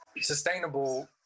sustainable